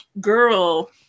girl